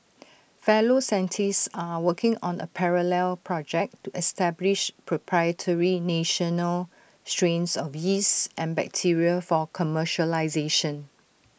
fellow scientists are working on A parallel project to establish proprietary national strains of yeast and bacteria for commercialisation